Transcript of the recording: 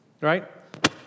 Right